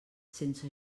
sense